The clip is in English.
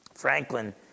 Franklin